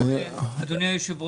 אדוני היושב ראש,